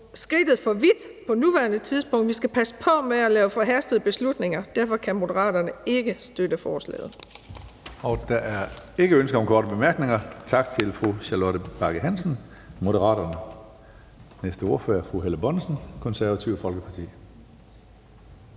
skridtet for vidt på nuværende tidspunkt. Vi skal passe på med at tage forhastede beslutninger. Og derfor kan Moderaterne ikke støtte forslaget. Kl. 18:25 Tredje næstformand (Karsten Hønge): Der er ikke ønske om korte bemærkninger. Tak til fru Charlotte Bagge Hansen, Moderaterne. Næste ordfører er fru Helle Bonnesen, Det Konservative Folkeparti.